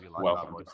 welcome